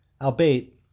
albeit